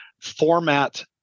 format